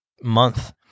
month